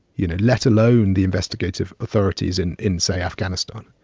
you know, let alone the investigative authorities and in, say, afghanistan.